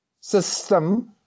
system